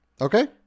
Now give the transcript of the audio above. Okay